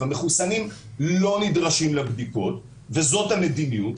המחוסנים לא נדרשים לבדיקות וזאת המדיניות,